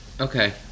Okay